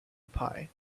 pie